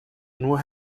nur